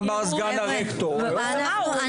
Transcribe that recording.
הוא בן